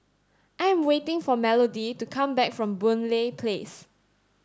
I am waiting for Melodie to come back from Boon Lay Place